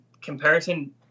comparison